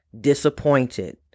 disappointed